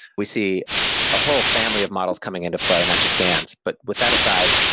we see a whole family of models coming into play, not just gans. but with that aside,